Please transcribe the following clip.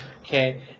Okay